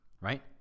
right